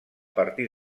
partir